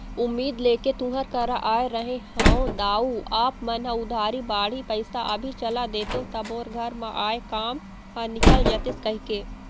उम्मीद लेके तुँहर करा आय रहें हँव दाऊ आप मन ह उधारी बाड़ही पइसा अभी चला देतेव त मोर घर म आय काम ह निकल जतिस कहिके